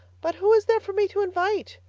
but who is there for me to invite?